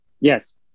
Yes